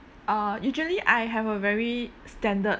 uh usually I have a very standard